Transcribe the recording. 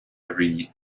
every